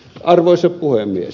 arvoisa puhemies